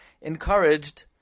encouraged